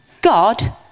God